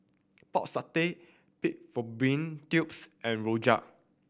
Pork Satay pig fallopian tubes and rojak